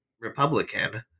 Republican